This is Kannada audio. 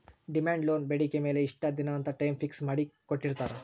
ಡಿಮಾಂಡ್ ಲೋನ್ ಬೇಡಿಕೆ ಮೇಲೆ ಇಷ್ಟ ದಿನ ಅಂತ ಟೈಮ್ ಫಿಕ್ಸ್ ಮಾಡಿ ಕೋಟ್ಟಿರ್ತಾರಾ